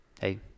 hey